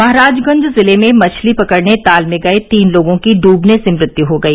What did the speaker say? महराजगंज जिले में मछली पकड़ने ताल में गए तीन लोगों की डूबने से मृत्यु हो गई